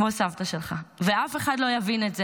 כמו סבתא שלך, ואף אחד לא יבין את זה.